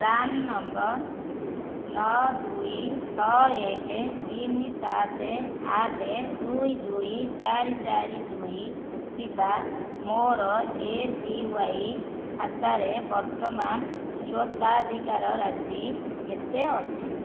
PRAN number ନଅ ଦୁଇ ଛଅ ଏକ ତିନି ସାତ ଆଠ ଦୁଇ ଦୁଇ ଚାରି ଚାରି ଦୁଇ ଥିବା ମୋର ଏ ପି ୱାଇ ଖାତାରେ ବର୍ତ୍ତମାନ ସ୍ୱତ୍ୱାଧିକାର ରାଶି କେତେ ଅଛି